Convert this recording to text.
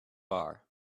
bar